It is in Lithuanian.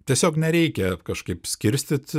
tiesiog nereikia kažkaip skirstyti